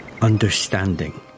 understanding